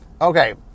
Okay